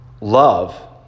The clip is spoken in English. Love